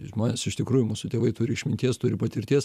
žmonės iš tikrųjų mūsų tėvai turi išminties turi patirties